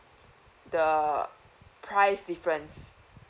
the price difference